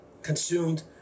consumed